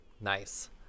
Nice